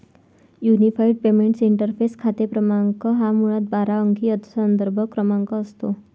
unified payments interface खाते क्रमांक हा मुळात बारा अंकी संदर्भ क्रमांक असतो